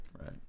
right